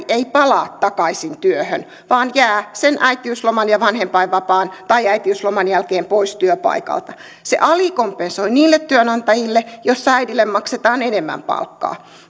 ei palaa takaisin työhön vaan jää sen äitiysloman ja vanhempainvapaan tai äitiysloman jälkeen pois työpaikalta se alikompensoi niille työnantajille joilla äidille maksetaan enemmän palkkaa